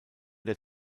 der